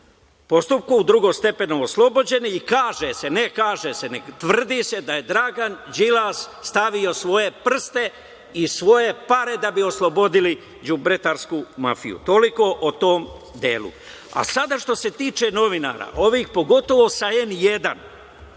postupku, u drugostepenom oslobođeni, i kaže se, tvrdi se da je Dragan Đilas, stavio svoje prste i svoje pare da bi oslobodili đubretarsku mafiju, toliko o tom delu. Sada što se tiče novinara, ovih pogotovo sa N1,